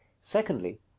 Secondly